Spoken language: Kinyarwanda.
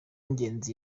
ngenzi